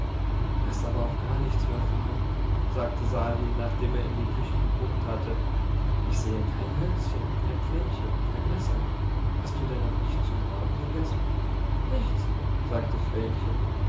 da ist aber auch gar nichts mehr vorhanden sagte sali nachdem er in die küche geguckt hatte ich sehe kein hölzchen kein pfännchen kein messer hast du denn auch nicht zu morgen gegessen nichts sagte